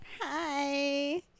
Hi